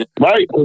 Right